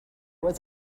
was